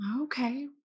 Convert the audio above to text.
Okay